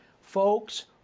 folks